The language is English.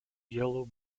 yellow